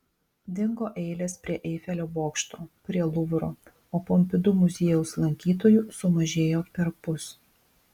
dingo eilės prie eifelio bokšto prie luvro o pompidu muziejaus lankytojų sumažėjo perpus